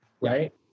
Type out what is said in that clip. right